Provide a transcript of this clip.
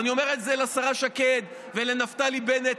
ואני אומר את זה לשרה שקד ולנפתלי בנט,